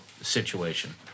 situation